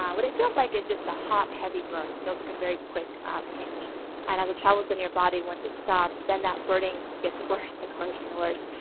um what it feels like is just a hot heavy burn, it feels like a very quick pinch and as it travels in your body, once it stops then that burning gets worse and worse and worse.